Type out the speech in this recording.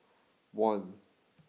one